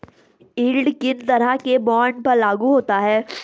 Yield किन तरह के बॉन्ड पर लागू होता है?